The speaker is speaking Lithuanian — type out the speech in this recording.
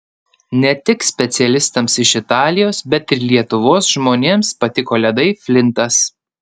ne tik specialistams iš italijos bet ir lietuvos žmonėms patiko ledai flintas